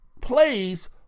plays